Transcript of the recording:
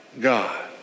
God